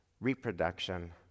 Reproduction